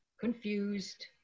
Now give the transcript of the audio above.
confused